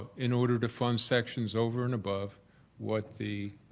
in order to fund sections over and above what the